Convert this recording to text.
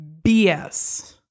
BS